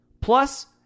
plus